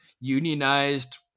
unionized